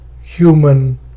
human